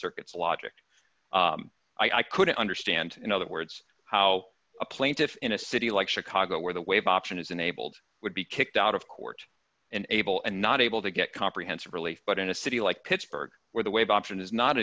circuits logic i couldn't understand in other words how a plaintiff in a city like chicago where the wave option is enabled would be kicked out of court and able and not able to get comprehensive relief but in a city like pittsburgh where the wave option is not